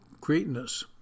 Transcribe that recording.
greatness